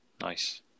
Nice